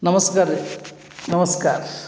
ನಮಸ್ಕಾರ ರೀ ನಮಸ್ಕಾರ